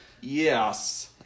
Yes